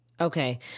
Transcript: Okay